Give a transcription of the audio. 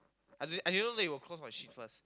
I didn't know I didn't know they were close like shit first